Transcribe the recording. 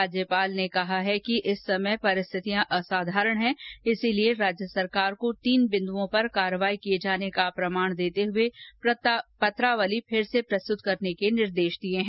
राज्यपाल ने कहा है कि इस समय परिस्थितियां असाधारण है इसलिए राज्य सरकार को तीन बिंदुओं पर कार्यवाही किए जाने का प्रमाण से देते हए पत्रावली फिर से प्रस्तृत करने के निर्देश दिए गए हैं